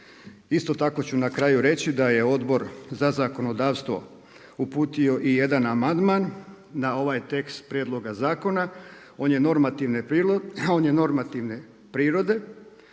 Isto tako ću na kraju reći da je Odbor za zakonodavstvo uputio i jedan amandman na ovaj tekst prijedloga zakona, on je normativne prirode